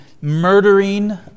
Murdering